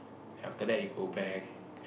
after that you go back